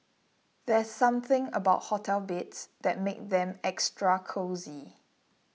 there's something about hotel beds that makes them extra cosy